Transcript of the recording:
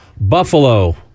Buffalo